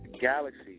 galaxy